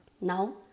Now